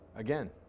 Again